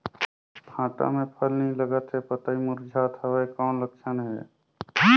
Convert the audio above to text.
भांटा मे फल नी लागत हे पतई मुरझात हवय कौन लक्षण हे?